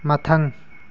ꯃꯊꯪ